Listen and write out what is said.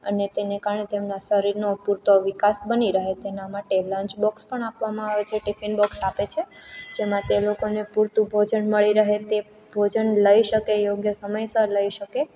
અને તેને કારણે તેમના શરીરનો પૂરતો વિકાસ બની રહે તેના માટે લંચ બોક્સ પણ આપવામાં આવે છે ટિફિન બોક્સ આપે છે જેમાં તે લોકોને પૂરતું ભોજન મળી રહે તે ભોજન લઈ શકે યોગ્ય સમયસર લઈ શકે